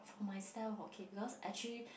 myself okay because actually